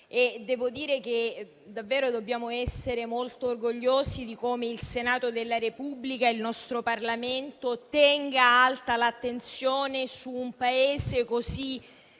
Devo dire che dobbiamo davvero essere molto orgogliosi di come il Senato della Repubblica, il nostro Parlamento, tenga alta l'attenzione su un Paese così